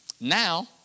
Now